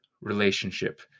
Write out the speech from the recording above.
relationship